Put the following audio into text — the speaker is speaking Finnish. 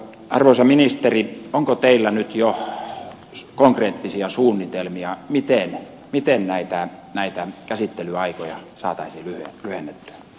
arvoisa ministeri onko teillä nyt jo konkreettisia suunnitelmia miten näitä käsittelyaikoja saataisiin lyhennettyä